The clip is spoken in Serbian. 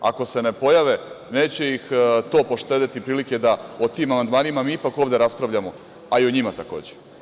Ako se ne pojave, neće ih to poštedeti prilike da o tim amandmanima mi ipak ovde raspravljamo, a i o njima takođe.